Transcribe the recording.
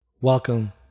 Welcome